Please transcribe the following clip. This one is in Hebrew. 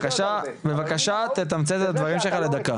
בבקשה, תתמצת את הדברים שלך לדקה.